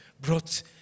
brought